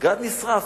מסגד נשרף?